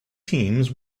teams